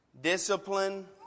Discipline